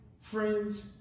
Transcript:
friends